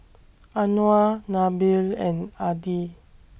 Anuar Nabil and Adi